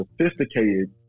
sophisticated